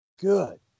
Good